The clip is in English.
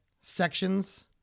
sections